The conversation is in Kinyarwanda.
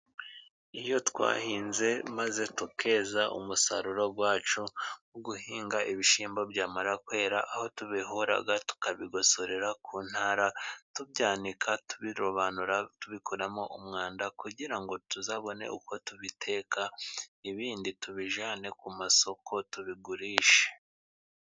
Iyo twahinze maze tukeza, umusaruro wacu wo guhinga ibishyimbo byamara kwera, aho tubihura tukabigosorera ku ntara, tubyanika tubirobanura tubikuramo umwanda, kugira ngo tuzabone uko tubiteka ibindi tubijyane ku masoko tubigurishe.